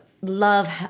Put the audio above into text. love